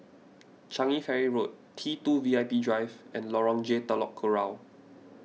Changi Ferry Road T two V I P Drive and Lorong J Telok Kurau